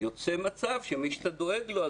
יוצא מצב שמי שאתה דואג לו,